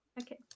Okay